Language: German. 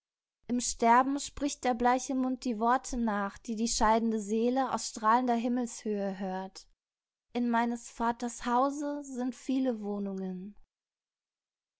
im sterben spricht der bleiche mund die worte nach die die scheidende seele aus strahlender himmelshöhe hört in meines vaters hause sind viele wohnungen